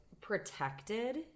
protected